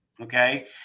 Okay